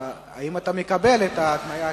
ההתניה?